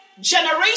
Generation